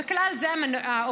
ובכלל זה האופנועים.